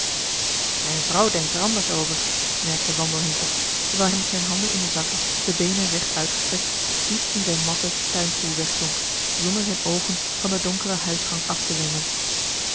mijn vrouw denkt er anders over merkte wandelheem op terwijl hij met zijn handen in de zakken de beenen recht uitgestrekt diep in zijn matten tuinstoel wegzonk zonder zijn oogen van den donkeren huisgang aftewenden